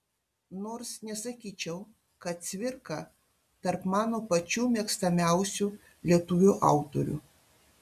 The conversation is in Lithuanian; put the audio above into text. nors nesakyčiau kad cvirka tarp mano pačių mėgstamiausių lietuvių autorių